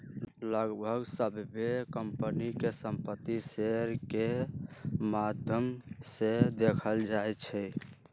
लगभग सभ्भे कम्पनी के संपत्ति शेयर के माद्धम से देखल जाई छई